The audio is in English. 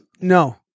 no